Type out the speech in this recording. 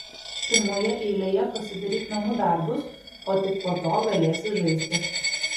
pirmoje eilėje pasidaryk namų darbus o tik po to galėsi žaisti